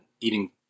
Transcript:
eating